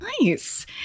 nice